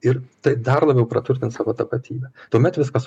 ir taip dar labiau praturtint savo tapatybę tuomet viskas